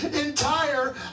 entire